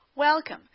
Welcome